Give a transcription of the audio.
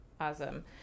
Awesome